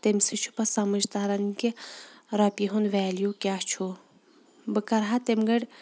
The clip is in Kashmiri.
تٔمۍ سۭتۍ چھُ پتہٕ سَمجھ تران کہِ رۄپیہِ ہُند ویلیو کیاہ چھُ بہٕ کرٕ ہا تٔمۍ گڑِ